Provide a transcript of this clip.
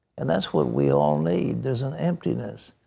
and that's what we all need. there is an emptiness,